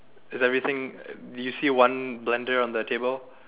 is everything do you see one blender on the table